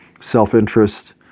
self-interest